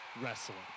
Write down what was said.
wrestling